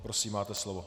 Prosím, máte slovo.